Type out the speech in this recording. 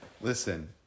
listen